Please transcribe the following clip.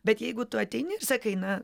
bet jeigu tu ateini sakai na